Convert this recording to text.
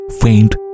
faint